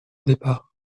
départ